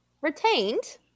retained